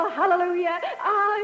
hallelujah